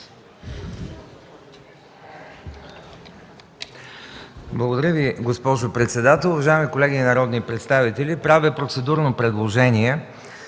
Благодаря Ви, госпожо председател. Уважаеми колеги народни представители, правя процедурно предложение